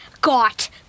got